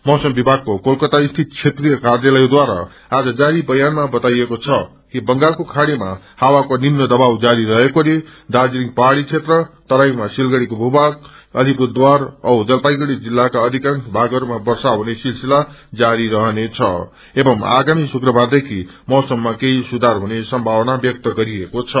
मौसम विभागको कोलक्रता स्थित क्षेत्रिय कायातयहद्वारा आज जारी बयानामा क्ताईएको छ कि बंगालको खाङ्ग्रीमा हाक्को निम्न दवाब जारी रहेकोले दार्जीलिङ पाहाड़ी क्षेत्र तराईमा सिलगड़ीको भूः थाग अलिपुरद्वारा औ जलपाईगुड़ी जिल्लाका अषिकांश भागहस्यम वर्षाहुने सिलसिला जारी रहनेछ एवं आगामी श्रुक्रबारदेखि मोसमा केही सुचार हुने सम्भावना व्यक्त गरिएको छ